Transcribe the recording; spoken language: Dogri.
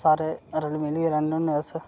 सारे रली मिली रौह्ने होन्ने अस